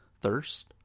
thirst